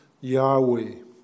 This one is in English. Yahweh